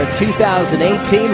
2018